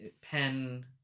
Pen